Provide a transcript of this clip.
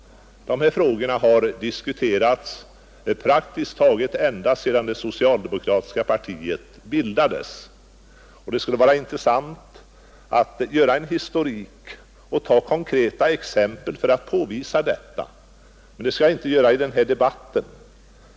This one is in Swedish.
Dessa frågor har diskuterats praktiskt taget ända sedan det socialdemokratiska partiet bildades. Det skulle vara intressant att göra en historik och ta konkreta exempel för att påvisa detta. Det skall jag dock inte göra i denna debatt.